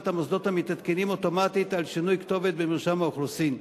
המוסדות המתעדכנים אוטומטית על שינוי כתובת במרשם האוכלוסין.